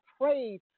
praise